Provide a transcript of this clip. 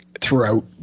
throughout